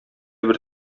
бер